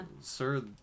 Sir